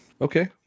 okay